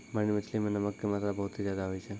marine मछली मॅ नमक के मात्रा बहुत ज्यादे होय छै